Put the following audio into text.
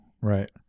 Right